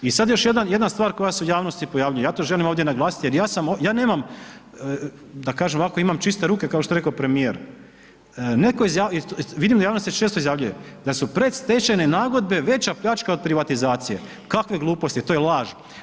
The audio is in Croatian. I sad još jedna stvar koja se u javnosti pojavljuje, ja to želim ovdje naglasiti, jer ja sam, ja nemam, da kažem ovako imam čiste ruke kao što je rekao premijer, netko je izjavio, vidim da u javnosti često izjavljuje da su predstečajne nagodbe veća pljačka od privatizacije, kakve gluposti, to je laž.